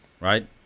right